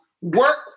work